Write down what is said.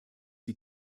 sie